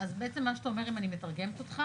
אז בעצם מה שאתה אומר, אם אני מתרגמת אותך,